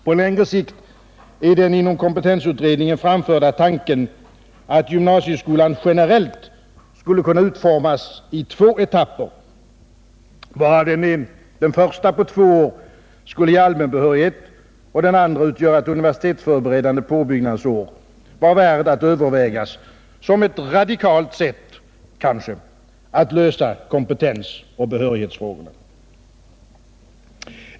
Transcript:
På längre sikt är den inom kompetensutredningen framförda tanken, att gymnasieskolan generellt skulle kunna utformas i två etapper, varav den första på två år skulle ge allmän behörighet och den andra utgöra ett universitetsförberedande påbyggnadsår, värd att övervägas såsom ett radikalt sätt kanske att lösa kompetensoch behörighetsproblemen.